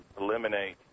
eliminate